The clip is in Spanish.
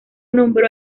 nombró